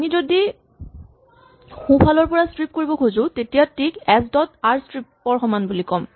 আমি যদি সোঁফালৰ পৰা স্ট্ৰিপ কৰিব খুজিছো তেতিয়া T K S dot R strip ৰ সমান বুলি ক'ম